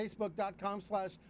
Facebook.com/slash